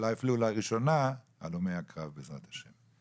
אולי אפילו לראשונה הלומי הקרב בעזרת ה'.